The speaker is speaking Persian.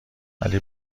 ولی